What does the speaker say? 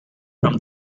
from